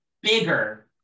bigger